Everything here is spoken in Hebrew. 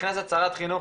נכנסת שרת חינוך,